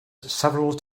several